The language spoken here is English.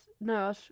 No